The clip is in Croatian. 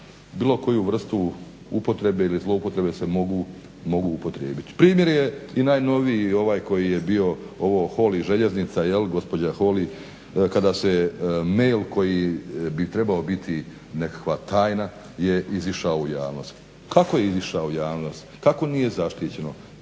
bilo koju vrstu upotrebe ili zloupotrebe se mogu upotrijebiti. Primjer je i najnoviji ovaj koji je bio ovo Holy željeznica, jel gospođa Holy kada se je mail koji bi trebao biti nekakva tajna je izišao u javnost. Kako je izišao u javnost? Kako nije zaštićeno?